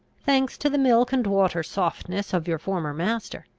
thanks to the milk-and-water softness of your former master!